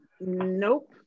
Nope